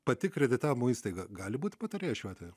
pati kreditavimo įstaiga gali būti patarėja šiuo atveju